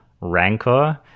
rancor